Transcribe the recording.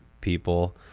people